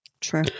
True